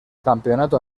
campeonato